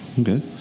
Okay